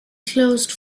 closed